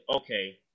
okay